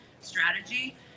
strategy